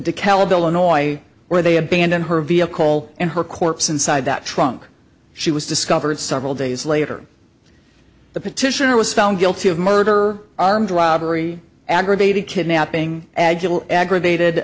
dekalb illinois where they abandoned her vehicle and her corpse inside that trunk she was discovered several days later the petitioner was found guilty of murder armed robbery aggravated kidnapping agile aggravated